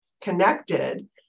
connected